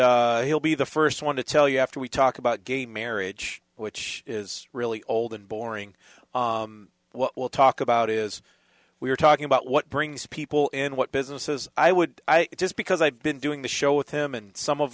and he'll be the first one to tell you after we talk about gay marriage which is really old and boring what we'll talk about is we're talking about what brings people in what businesses i would just because i've been doing the show with him and some of